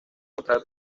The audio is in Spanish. contrato